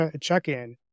check-in